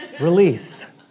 Release